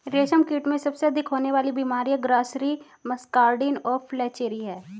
रेशमकीट में सबसे अधिक होने वाली बीमारियां ग्रासरी, मस्कार्डिन और फ्लैचेरी हैं